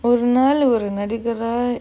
ஒரு நாள் ஒரு நடிகராய்:oru naal oru nadikaraai